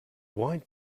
white